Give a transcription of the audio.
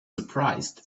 surprised